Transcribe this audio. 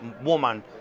woman